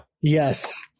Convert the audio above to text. yes